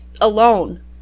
alone